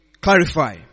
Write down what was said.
clarify